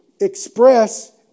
express